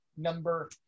Number